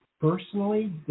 personally